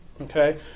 okay